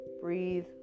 breathe